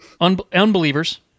unbelievers